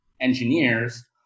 engineers